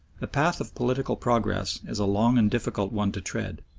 the path of political progress is a long and difficult one to tread,